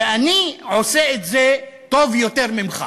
ואני עושה את זה טוב יותר ממך.